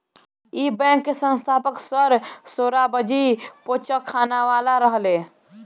इ बैंक के स्थापक सर सोराबजी पोचखानावाला रहले